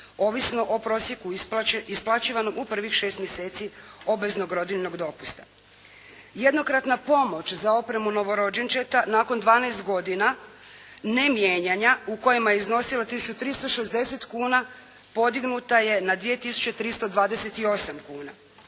ovisno o prosjeku isplaćivanog u prvih šest mjeseci obveznog rodiljnog dopusta. Jednokratna pomoć za opremu novorođenčeta nakon dvanaest godina namijenjena u kojima je iznosila tisuću 360 kuna podignuta je na 2 tisuće